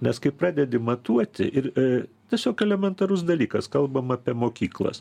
nes kai pradedi matuoti ir tiesiog elementarus dalykas kalbam apie mokyklas